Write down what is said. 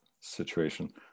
situation